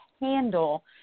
handle